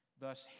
Thus